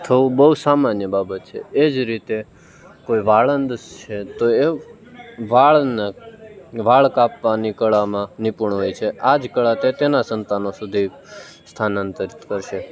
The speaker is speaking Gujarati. થવું બહુ સામાન્ય બાબત છે એ જ રીતે કોઈ વાળંદ છે તો એ વાળંદ વાળને વાળ કાપવાની કળામાં નિપુણ હોય છે આ જ કળા તે તેના સંતાનો સુધી સ્થાનાંતર કરશે